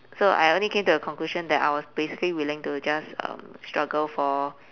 so I only came to the conclusion that I was basically willing to just um struggle for